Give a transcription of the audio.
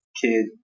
kid